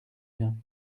bien